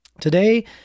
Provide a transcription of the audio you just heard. Today